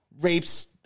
rapes